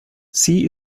sie